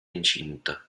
incinta